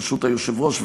ברשות היושב-ראש,